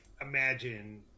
imagine